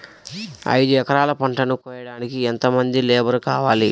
ఐదు ఎకరాల పంటను కోయడానికి యెంత మంది లేబరు కావాలి?